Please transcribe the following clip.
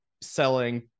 selling